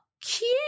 Cute